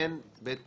אין בית משפט,